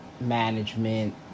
management